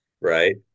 right